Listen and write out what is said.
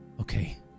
Okay